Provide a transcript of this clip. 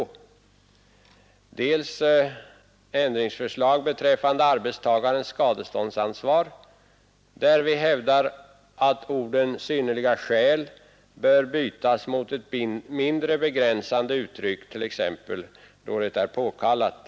Vi framlägger vidare ett ändringsförslag beträffande arbetstagares skadeståndsansvar, där vi hävdar att orden ”synnerliga skäl” bör bytas mot ett mindre begränsande uttryck, t.ex. ”då det är påkallat”.